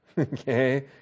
okay